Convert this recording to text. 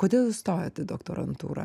kodėl jūs stojot į doktorantūrą